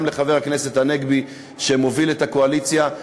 לחבר הכנסת הנגבי שמוביל את הקואליציה,